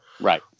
Right